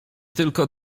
tylko